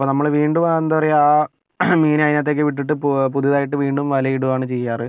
അപ്പോൾ നമ്മൾ വീണ്ടും എന്താ പറയുക ആ മീനിനെ അതിനകത്തേക്ക് വിട്ടിട്ട് പുതുതായിട്ട് വീണ്ടും വലയിടുകയാണ് ചെയ്യാറ്